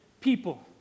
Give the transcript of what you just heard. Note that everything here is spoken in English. people